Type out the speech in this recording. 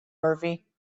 murphy